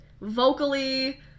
vocally